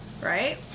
right